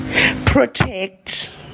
protect